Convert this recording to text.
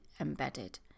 embedded